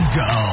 go